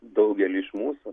daugelįiš mūsų